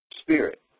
Spirit